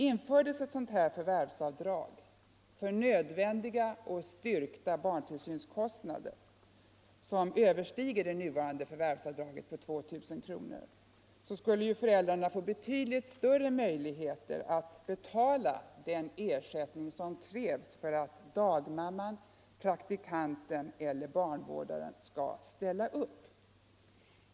Infördes ett sådant förvärvsavdrag för nödvändiga och styrkta barntillsynskostnader, som överstiger det nuvarande förvärvsavdraget på 2000 kronor, skulle föräldrarna få betydligt större möjligheter att betala den ersättning som krävs för att dagmamman, praktikanten eller barnvårdaren skal ställa upp.